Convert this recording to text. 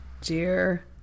dear